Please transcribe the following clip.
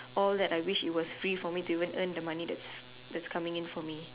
all that I wish it was free for me to even to earn the money that's that's coming in for me